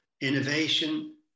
innovation